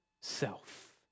self